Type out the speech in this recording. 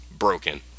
broken